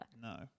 No